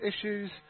issues